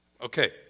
Okay